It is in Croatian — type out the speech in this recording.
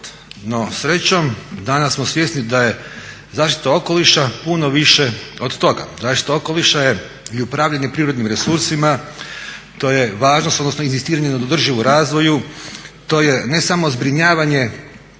No srećom, danas smo svjesni da je zaštita okoliša puno više od toga. Zaštita okoliša je i upravljanje prirodnim resursima, to je važnost odnosno inzistiranje na održivom razvoju. To je ne samo zbrinjavanje